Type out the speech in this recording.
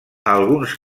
alguns